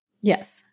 Yes